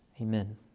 Amen